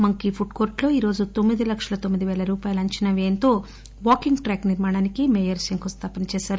monkey పుడ్కోర్టులో ఈరోజు తొమ్మిది లక్షల తొమ్మిది వేల రూపాయల అంచనా వ్యయంతో వాకింగ్ ట్రాక్ నిర్మాణానికి మేయర్ శంకుస్థాపన చేశారు